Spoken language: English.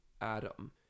Adam